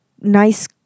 nice